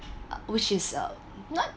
uh which is uh not